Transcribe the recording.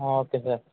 okay sir